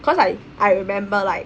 cause I I remember like